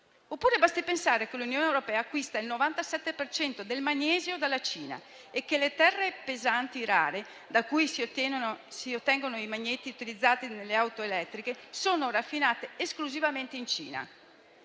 Oppure basti pensare che l'Unione europea acquista il 97 per cento del magnesio dalla Cina e che le terre pesanti rare, da cui si ottengono i magneti utilizzati nelle auto elettriche, sono raffinate esclusivamente in Cina.